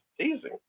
teasing